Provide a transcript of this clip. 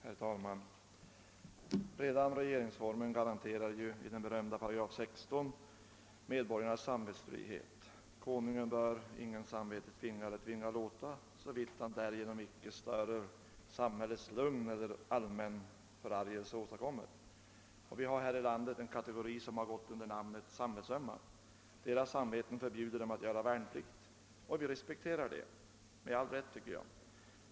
Herr talman! Redan regeringsformen garanterar i den berömda § 16 medborgarnas samvetsfrihet. Det heter där följande: >»Konungen bör ——— ingens samvete tvinga eller tvinga låta ——— så vitt han därigenom icke störer samhällets lugn eller allmän förargelse åstadkommer.» Det finns i vårt land en kategori som går under namnet samvetsömma. Deras samvete förbjuder dem att göra värnplikt, och vi respekterar detta, såsom jag tycker med all rätt.